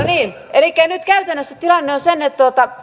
elikkä nyt käytännössä tilanne on se että nyt kun